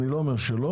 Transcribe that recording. אני לא אומר שלא,